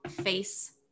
face